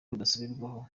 budasubirwaho